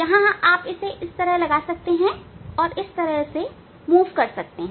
यहाँ इस तरह आप इसे लगा सकते हैं हैं और इसे इस तरह विस्थापित कर सकते हैं